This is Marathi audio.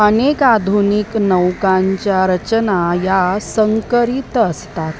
अनेक आधुनिक नौकांच्या रचना या संकरित असतात